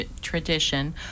tradition